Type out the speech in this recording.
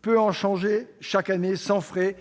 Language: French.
peut en changer chaque année, sans frais ;